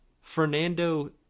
Fernando